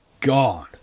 god